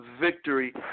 victory